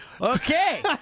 Okay